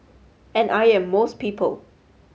and I am most people